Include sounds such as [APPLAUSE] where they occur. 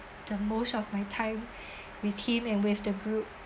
the most of my time [BREATH] with him and with the group